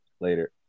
Later